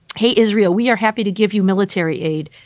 hey, israel, we are happy to give you military aid,